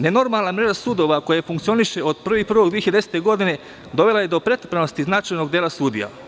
Nenormalna mreža sudova koja funkcioniše od 1. januara 2010. godine, dovela je do pretrpanosti značajnog dela sudija.